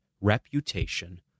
reputation